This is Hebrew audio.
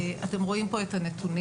אתם רואים פה את הנתונים.